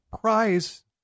prize